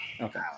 Okay